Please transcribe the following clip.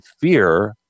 fear